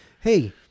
hey